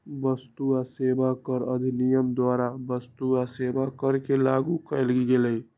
वस्तु आ सेवा कर अधिनियम द्वारा वस्तु आ सेवा कर के लागू कएल गेल